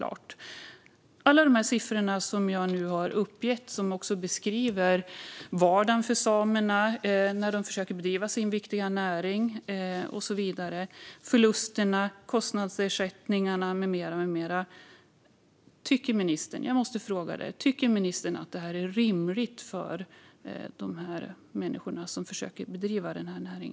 Alla siffror som jag nu har uppgett beskriver vardagen för samerna när de försöker bedriva sin viktiga näring. Det handlar om förlusterna, kostnadsersättningarna med mera. Jag måste fråga: Tycker ministern att detta är rimligt för de människor som försöker bedriva denna näring?